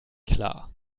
klar